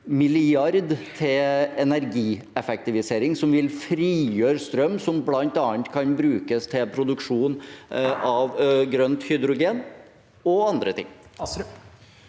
mrd. kr til energieffektivisering som vil frigjøre strøm, som bl.a. kan brukes til produksjon av grønt hydrogen og andre ting.